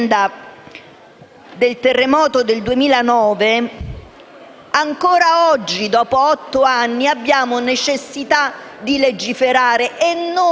del terremoto del 2009 - ancora oggi, dopo otto anni, abbiamo necessità di legiferare e non perché